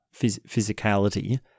physicality